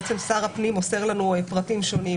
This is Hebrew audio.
בעצם שר הפנים מוסר לנו פרטים שונים.